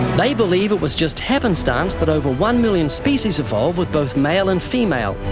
they believe it was just happenstance that over one million species evolved with both male and female,